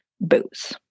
booze